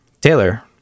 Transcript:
Taylor